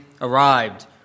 arrived